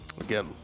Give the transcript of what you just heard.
Again